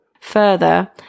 Further